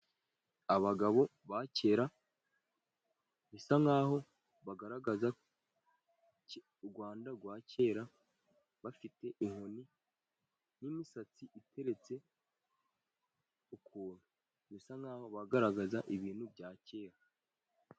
Abagabo ba kera, bisa nk'aho bagaragaza u Rwanda rwa kera, bafite inkoni, n'imisatsi iteretse ukuntu. Bisa nk'aho bagaragaza ibintu bya kera.